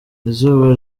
izuba